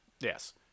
Yes